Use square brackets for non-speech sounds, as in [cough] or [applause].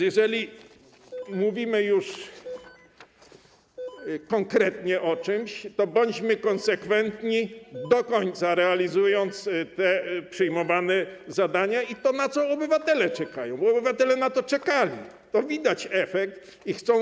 Jeżeli więc [noise] mówimy już konkretnie o czymś, to bądźmy konsekwentni, do końca realizując te przyjmowane zadania i to, na co obywatele czekają, bo obywatele na to czekali, bo widać tego efekt.